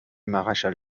maréchal